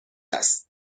است